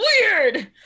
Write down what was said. weird